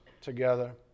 together